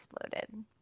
exploded